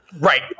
Right